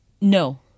No